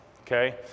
okay